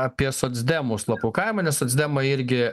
apie socdemų slapukavimą nes socdemai irgi